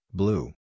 blue